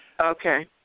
Okay